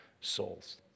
souls